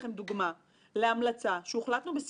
שיש יותר מדי דוגמאות בעולם שזה כשל